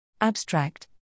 Abstract